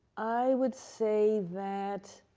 i would say that,